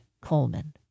Coleman